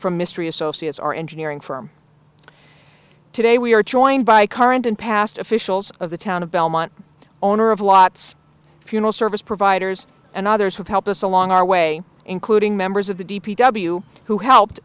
from mystery associates our engineering firm today we are joined by current and past officials of the town of belmont owner of lots of funeral service providers and others who help us along our way including members of the d p w who helped